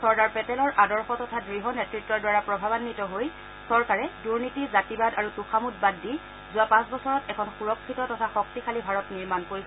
চৰ্দাৰ পেটেলৰ আদৰ্শ তথা দঢ় নেতত্ৰৰ দ্বাৰা প্ৰভাৱাৱিত হৈ চৰকাৰে দুনীতি জাতিবাদ আৰু তোষামোদ বাদ দি যোৱা পাঁচবছৰত এখন সুৰক্ষিত তথা শক্তিশালী ভাৰত নিৰ্মাণ কৰিছে